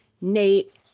Nate